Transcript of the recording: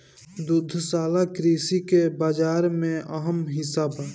दुग्धशाला कृषि के बाजार व्यापार में अहम हिस्सा बा